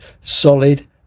solid